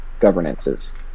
governances